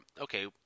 okay